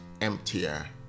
emptier